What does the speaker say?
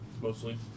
Mostly